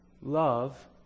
Love